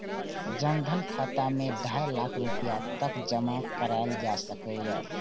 जन धन खाता मे ढाइ लाख रुपैया तक जमा कराएल जा सकैए